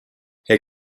herr